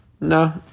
No